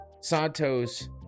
Santos